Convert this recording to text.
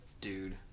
dude